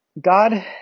God